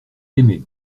aimé